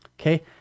Okay